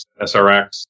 SRX